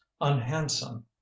unhandsome